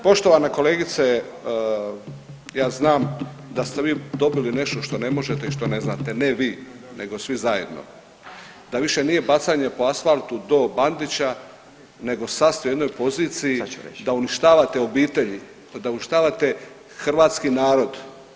Poštovana kolegice, ja znam da ste vi dobili nešto što ne možete i što ne znate, ne vi nego svi zajedno, da više nije bacanje po asfaltu do Bandića nego sad ste u jednoj poziciji da uništavate obitelji, da uništavate hrvatski narod.